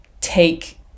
take